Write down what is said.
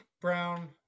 Brown